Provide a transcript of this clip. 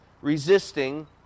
resisting